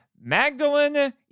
Magdalene